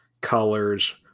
colors